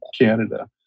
Canada